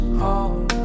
home